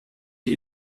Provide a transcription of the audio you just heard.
die